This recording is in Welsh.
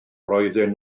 roedden